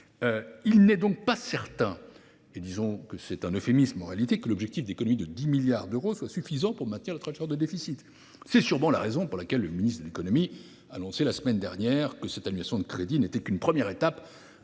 Il n’est donc pas certain – c’est un euphémisme – que l’objectif d’économies de 10 milliards d’euros soit suffisant pour maintenir la trajectoire de déficit. C’est sûrement la raison pour laquelle le ministre de l’économie a annoncé la semaine dernière que cette annulation de crédits n’était qu’une « première étape